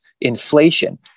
inflation